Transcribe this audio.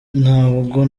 ntabwo